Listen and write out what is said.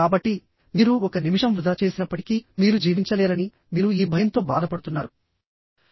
కాబట్టి మీరు ఒక నిమిషం వృధా చేసినప్పటికీ మీరు జీవించలేరని మీరు ఈ భయంతో బాధపడుతున్నారు